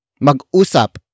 Mag-usap